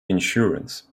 insurance